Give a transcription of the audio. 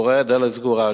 והוא רואה שהדלת סגורה.